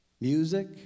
music